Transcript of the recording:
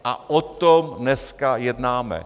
A o tom dneska jednáme.